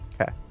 okay